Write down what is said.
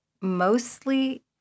mostly